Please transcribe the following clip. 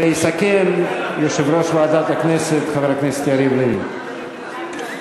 יסכם יושב-ראש ועדת הכנסת חבר הכנסת יריב לוין.